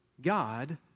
God